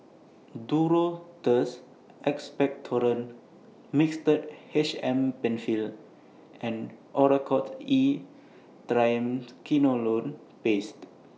Duro Tuss Expectorant Mixtard H M PenFill and Oracort E Triamcinolone Paste